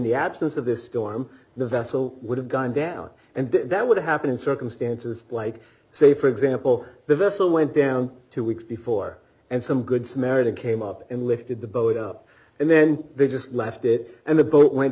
the absence of this storm the vessel would have gone down and that would happen in circumstances like say for example the vessel went down two weeks before and some good samaritan came up and lifted the boat d up and then they just left it and the